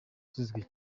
zizwi